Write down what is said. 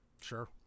Sure